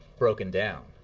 broken down.